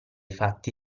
fatti